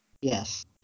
Yes